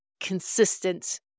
consistent